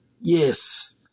Yes